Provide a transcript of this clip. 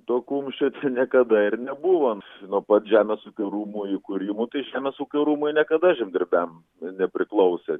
to kumščio niekada ir nebuvo nuo pat žemės ūkio rūmų įkūrimo tai žemės ūkio rūmai niekada žemdirbiam nepriklausė